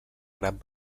gran